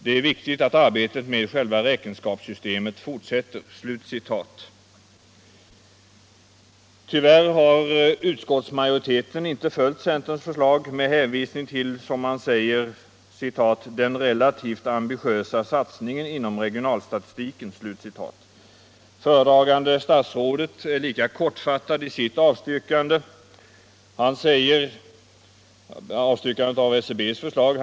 Det är viktigt att arbetet med själva räkenskapssystemet fortsätter.” Tyvärr har utskottsmajoriteten inte följt centerns förslag med hänvisning till, som man säger, ”den relativt ambitiösa satsningen inom regionalstatistiken”. Föredragande statsrådet är lika kortfattad i sitt avstyrkande av SCB:s förslag.